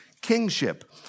kingship